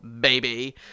baby